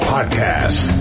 Podcast